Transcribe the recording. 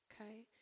Okay